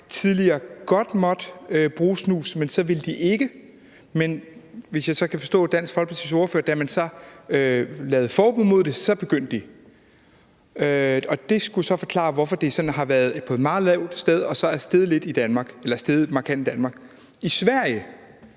tidligere godt måtte bruge snus, men så ikke ville. Men hvis jeg forstår Dansk Folkepartis ordfører korrekt, begyndte de så, da man lavede forbud imod det. Og det skulle så forklare, hvorfor det sådan har været på et meget lavt niveau og så er steget markant i Danmark. I Sverige